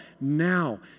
now